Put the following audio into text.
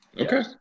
okay